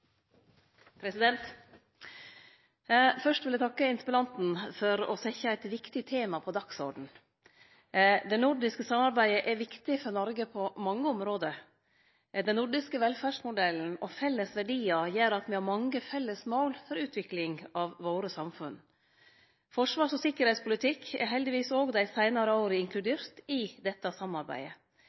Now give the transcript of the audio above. vil eg takke interpellanten for å setje eit viktig tema på dagsordenen. Det nordiske samarbeidet er viktig for Noreg på mange område. Den nordiske velferdsmodellen og felles verdiar gjer at me har mange felles mål for utvikling av våre samfunn. Forsvars- og sikkerheitspolitikk er heldigvis også dei seinare åra inkludert i dette samarbeidet.